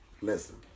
Listen